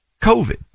COVID